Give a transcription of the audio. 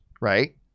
right